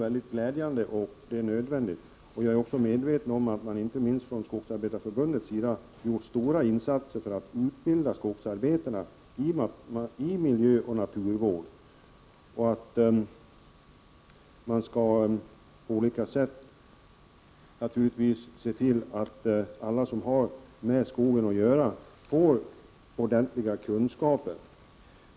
Jag är medveten om att det inte minst från Skogsarbetarförbundets sida har gjorts stora insatser för att utbilda skogsarbetarna i miljöoch naturvård. Naturligtvis skall man se till att alla som har med skogen att göra får ordentliga kunskaper.